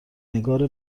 نگار